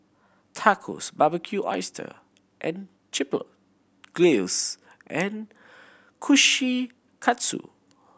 Tacos Barbecued Oyster and Chipotle Glaze and Kushikatsu